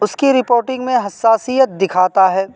اس کی رپوٹنگ میں حساسیت دکھاتا ہے